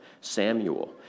Samuel